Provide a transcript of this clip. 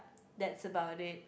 that's about it